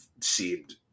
seemed